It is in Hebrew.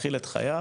להתחיל את חייו